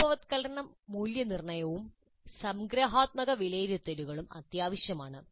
രൂപവത്കരണ മൂല്യനിർണ്ണയവും സംഗ്രഹാത്മക വിലയിരുത്തലുകളും അത്യാവശ്യമാണ്